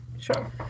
Sure